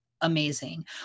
amazing